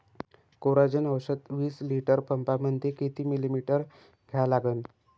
Coragen औषध विस litre पंपामंदी किती मिलीमिटर घ्या लागन?